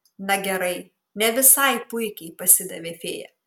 na gerai ne visai puikiai pasidavė fėja